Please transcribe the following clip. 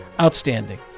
Outstanding